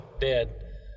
dead